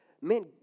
man